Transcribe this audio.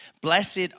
Blessed